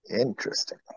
Interesting